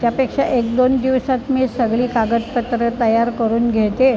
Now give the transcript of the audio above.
त्यापेक्षा एक दोन दिवसात मी सगळी कागदपत्र तयार करून घेते